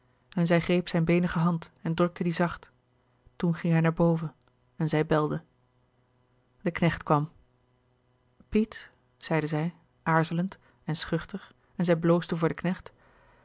en zij greep zijn beenige hand en drukte die zacht toen ging hij naar boven en zij belde de knecht kwam piet zeide zij aarzelend en schuchter en zij bloosde voor den knecht